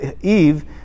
Eve